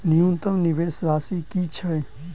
न्यूनतम निवेश राशि की छई?